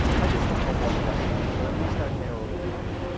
i just don't know what one yet. but at least i've narrowed it down.